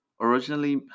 originally